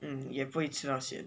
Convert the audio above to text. mm 也不会吃到 sian